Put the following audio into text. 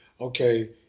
Okay